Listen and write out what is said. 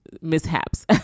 mishaps